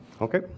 Okay